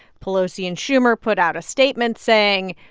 pelosi and schumer put out a statement saying,